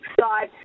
side